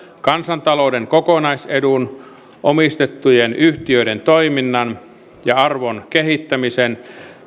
kansantalouden kokonaisedun omistettujen yhtiöiden toiminnan ja arvon kehittämisen